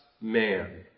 man